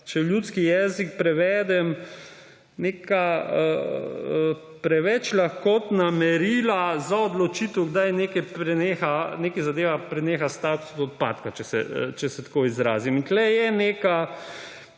če v ljudski jezik prevedem, neka preveč lahkotna merila za odločitev, kdaj neki zadevi preneha status odpadka, če se tako izrazim. Tu je neka